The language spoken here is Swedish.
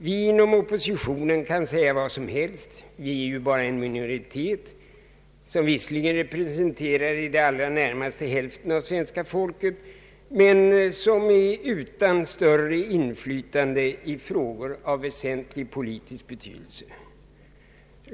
Vi inom oppositionen kan säga vad som helst — vi är ju bara en minoritet, som visserligen representerar i det allra närmaste hälften av svenska folket men som är utan större inflytande i frågor av väsentlig politisk betydelse.